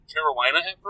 Carolina